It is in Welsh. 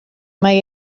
mai